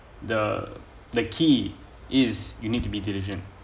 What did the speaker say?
the the key is you need to be diligent